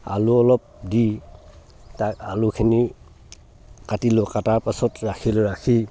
আলু অলপ দি তাক আলুখিনি কাটিলোঁ কাটাৰ পাছত ৰাখিলোঁ ৰাখি